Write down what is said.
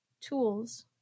tools